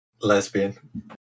Lesbian